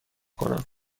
کنم